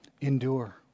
Endure